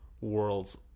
worlds